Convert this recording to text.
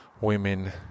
Women